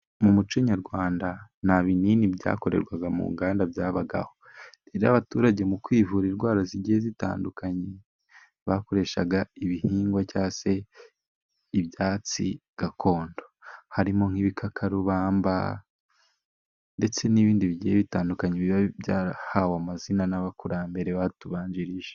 Mu muco nyarwanda nta binini byakorerwaga mu nganda byabagaho, n'abaturage mu kwivura indwara zigiye zitandukanye bakoreshaga ibihingwa cyangwa se ibyatsi gakondo, harimo nk'ibikakarubamba ndetse n'ibindi bigiye bitandukanye, biba byarahawe amazina n'abakurambere batubanjirije.